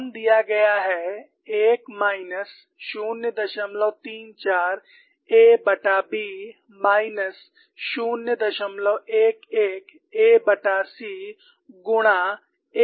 H1 दिया गया है 1 माइनस 034 aB माइनस 011 ac गुणा aB